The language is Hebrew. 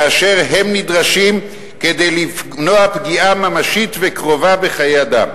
כאשר הם נדרשים כדי למנוע פגיעה ממשית וקרובה בחיי אדם.